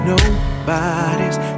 Nobody's